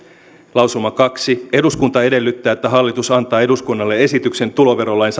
lausuma kaksi eduskunta edellyttää että hallitus antaa eduskunnalle esityksen tuloverolain